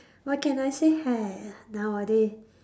what can I say !haiya! nowadays